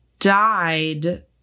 died